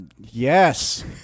yes